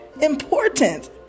important